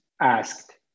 asked